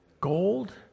gold